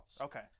Okay